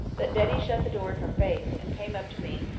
but betty shut the door in her face, and came up to me,